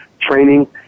training